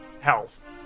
health